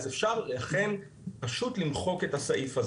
אז אפשר פשוט למחוק את הסעיף הזה.